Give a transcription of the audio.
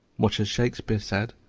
much as shakespeare said,